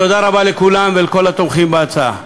תודה רבה לכולם ולכל התומכים בהצעה.